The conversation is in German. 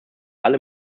alle